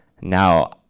now